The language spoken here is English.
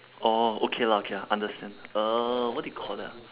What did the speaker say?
orh okay lah okay lah understand uh what do you call that